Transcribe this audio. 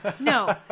No